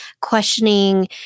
questioning